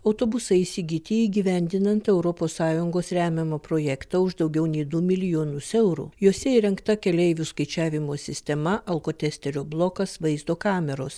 autobusai įsigyti įgyvendinant europos sąjungos remiamą projektą už daugiau nei du milijonus eurų juose įrengta keleivių skaičiavimo sistema alkotesterio blokas vaizdo kameros